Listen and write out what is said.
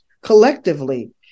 collectively